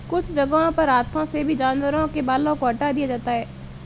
कुछ जगहों पर हाथों से भी जानवरों के बालों को हटा दिया जाता है